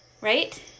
right